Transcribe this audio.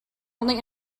only